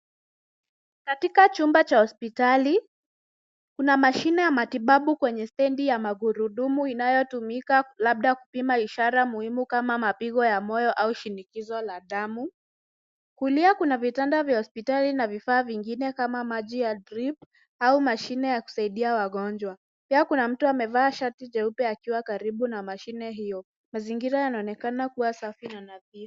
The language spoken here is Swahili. Katika chumba cha hospitali, kuna mashine ya matibabu kwenye stendi ya magurudumu inayotumika labda kupima ishara muhimu kama mapigo ya moyo au shinikizo la damu. Kulia kuna vitanda vya hospitali na vifaa vingine kama maji ya drip au mashine ya kusaidia wagonjwa. Pia kuna mtu amevaa shati jeupe akiwa karibu na mashine hiyo. Mazingira yanaonekana kuwa safi na nadhifu.